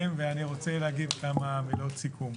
ואני רוצה להגיד כמה מילות סיכום.